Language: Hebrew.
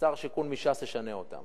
ושר שיכון מש"ס ישנה אותם